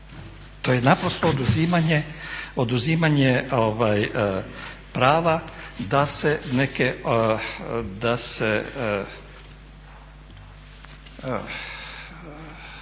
To je naprosto oduzimanje prava da se neke,